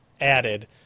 added